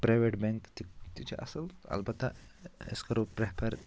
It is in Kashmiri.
پرٛایویٹ بیٚنٛک تہِ تہِ چھِ اصٕل البتہ أسۍ کرو پرٛیٚفَر